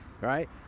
right